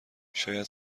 شاید